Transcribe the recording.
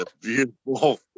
Beautiful